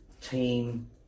team